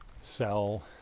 sell